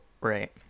right